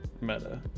meta